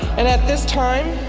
and at this time